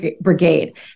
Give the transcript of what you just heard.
brigade